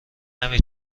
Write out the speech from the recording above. نمی